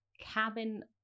cabin